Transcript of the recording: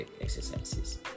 exercises